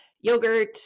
yogurt